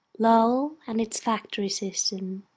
lowell and its factory system